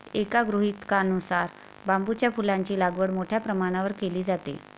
एका गृहीतकानुसार बांबूच्या फुलांची लागवड मोठ्या प्रमाणावर केली जाते